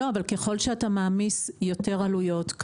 ככל שאתה מעמיס יותר עלויות,